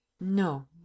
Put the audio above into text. No